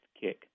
kick